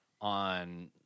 On